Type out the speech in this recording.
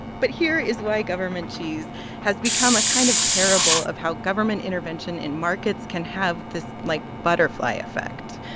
but here is why government cheese has become a kind of parable of how government intervention in markets can have this, like, butterfly effect.